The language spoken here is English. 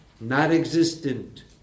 not-existent